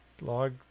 log